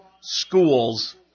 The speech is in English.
schools